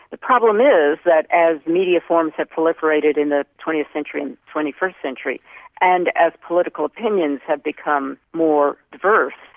the problem is that as media forms have proliferated in the twentieth century and twenty first century and as political opinions have become more diverse,